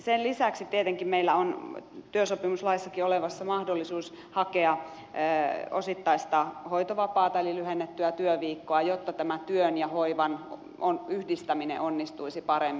sen lisäksi tietenkin meillä on työsopimuslaissakin olemassa mahdollisuus hakea osittaista hoitovapaata eli lyhennettyä työviikkoa jotta tämä työn ja hoivan yhdistäminen onnistuisi paremmin